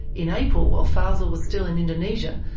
in april, while fazel was still in indonesia,